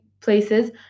places